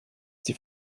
die